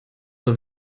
zur